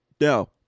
No